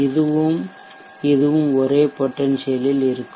இதுவும் இதுவும் ஒரே பொட்டென்சியல் ல் இருக்கும்